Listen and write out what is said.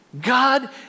God